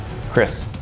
Chris